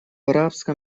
арабском